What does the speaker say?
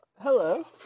Hello